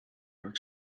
york